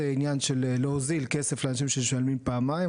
להוזיל כסף לאנשים שמשלמים פעמיים,